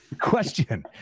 question